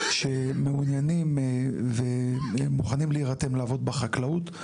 שמעוניינים ומוכנים להירתם לעבוד בחקלאות.